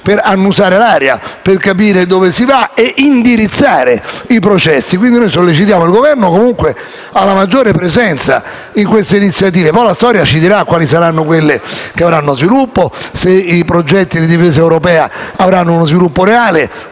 per annusare l'aria, per capire dove si va e indirizzare i processi. Noi sollecitiamo quindi il Governo ad una maggiore presenza in queste iniziative; poi la storia ci dirà quali saranno quelle che avranno sviluppo, se i progetti di difesa europea avranno uno sviluppo reale